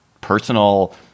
personal